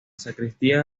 sacristía